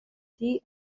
tea